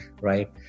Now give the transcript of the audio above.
right